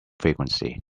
frequency